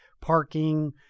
parking